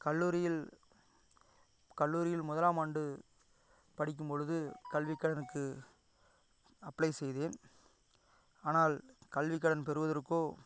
கல்லூரியில் கல்லூரியில் முதலாமாண்டு படிக்கும் பொழுது கல்விக் கடனுக்கு அப்ளை செய்தேன் ஆனால் கல்விக் கடன் பெறுவதற்கோ